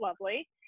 lovely